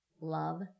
love